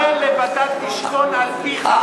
ישראל לבדה תשכון, על-פיך.